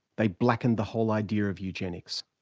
they blackened the whole idea of eugenics.